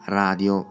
radio